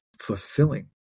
fulfilling